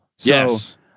Yes